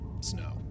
Snow